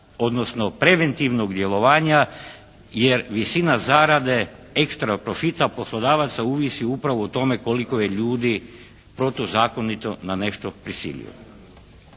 odnosno preventivnog djelovanja jer visina zarade ekstra profita poslodavaca ovisi upravo o tome koliko je ludi protuzakonito na nešto prisilio.